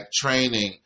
training